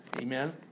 amen